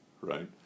right